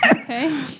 okay